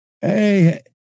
Hey